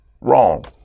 wrong